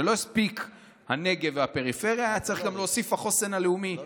לא הספיק "המשרד לנגב ולפריפריה" היה צריך להוסיף: לחוסן הלאומי.